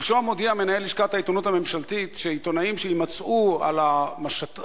שלשום הודיע מנהל לשכת העיתונות הממשלתית שעיתונאים שיימצאו על המשט,